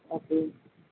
okay